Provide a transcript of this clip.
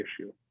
issue